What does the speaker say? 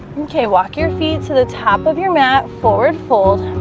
okay, walk your feet to the top of your mat forward fold